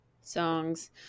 songs